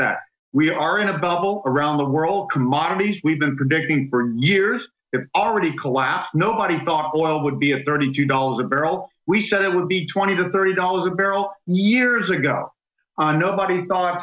that we are in a bubble around the world commodities we've been predicting for years it already collapsed nobody thought oil would be a thirty two dollars a barrel we thought it would be twenty to thirty dollars a barrel years ago nobody thought